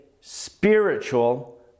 spiritual